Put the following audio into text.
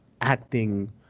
acting